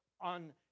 on